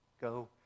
Go